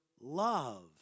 love